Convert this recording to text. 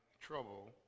trouble